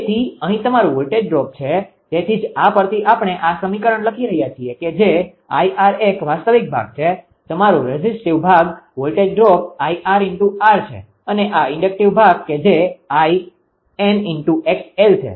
તેથી અહીં તમારું વોલ્ટેજ ડ્રોપ છે તેથી જ આ પરથી આપણે આ સમીકરણ લખી રહ્યા છીએ કે જે 𝐼𝑟 એક વાસ્તવિક ભાગ છે તમારું રેઝિસ્ટિવ ભાગ વોલ્ટેજ ડ્રોપ 𝐼𝑟𝑟 છે અને આ ઇન્ડકટીવ ભાગ કે જે 𝐼𝑥𝑥𝑙 છે